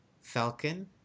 Falcon